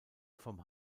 vom